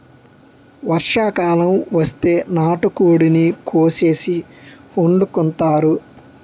వర్షాకాలం వస్తే నాటుకోడిని కోసేసి వండుకుంతారు